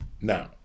Now